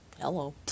Hello